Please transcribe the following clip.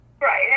right